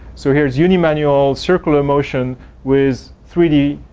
so here's yeah uni-manual circle motion with three d